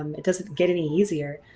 um it doesn't get any easier.